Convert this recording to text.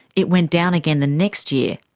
it went down again the next year,